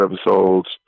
episodes